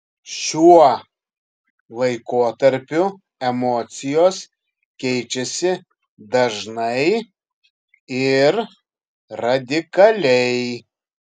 šiuo laikotarpiu emocijos keičiasi dažnai ir radikaliai